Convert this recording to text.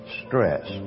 stress